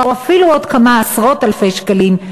או אפילו עוד כמה עשרות אלפי שקלים,